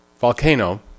volcano